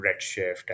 Redshift